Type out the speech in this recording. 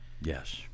Yes